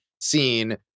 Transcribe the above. scene